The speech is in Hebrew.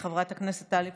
חברת הכנסת טלי פלוסקוב,